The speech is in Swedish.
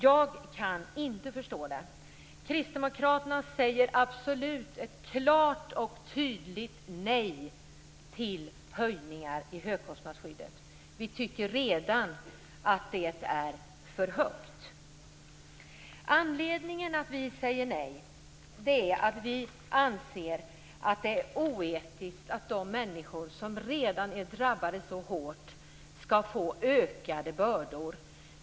Jag kan inte förstå det. Kristdemokraterna säger absolut klart och tydligt nej till försämringar i högkostnadsskyddet. Vi tycker redan att det är för dåligt. Anledningen till att vi säger nej är att vi anser att det är oetiskt att de människor som redan är drabbade så hårt skall få ökade bördor.